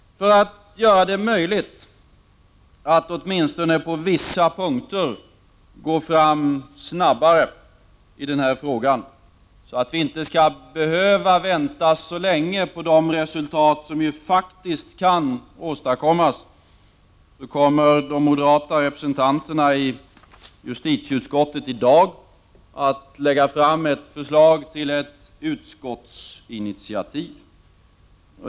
För att göra det möjligt att åtminstone på vissa punkter gå fram snabbare i den här frågan, så att vi inte skall behöva vänta så länge på de resultat som ju faktiskt kan åstadkommas, kommer de moderata representanterna i utskottet att i dag lägga fram ett förslag till ett utskottsinitiativ.